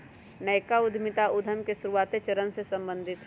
नयका उद्यमिता उद्यम के शुरुआते चरण से सम्बंधित हइ